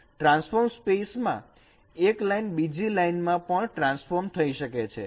transformed સ્પેસમાં એક line બીજી લાઈનમાં પણ ટ્રાન્સફોર્મ થઇ શકે છે